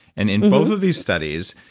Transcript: and in both of these studies,